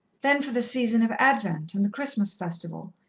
then for the season of advent and the christmas festival,